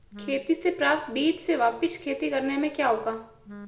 खेती से प्राप्त बीज से वापिस खेती करने से क्या होगा?